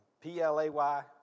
P-L-A-Y